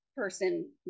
Person